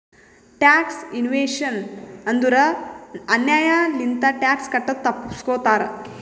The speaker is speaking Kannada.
ಟ್ಯಾಕ್ಸ್ ಇವೇಶನ್ ಅಂದುರ್ ಅನ್ಯಾಯ್ ಲಿಂತ ಟ್ಯಾಕ್ಸ್ ಕಟ್ಟದು ತಪ್ಪಸ್ಗೋತಾರ್